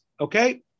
Okay